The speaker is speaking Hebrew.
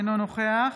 אינו נוכח